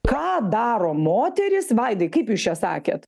ką daro moterys vaidai kaip jūs čia sakėt